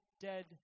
dead